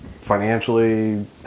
financially